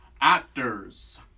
actors